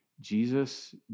Jesus